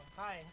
hi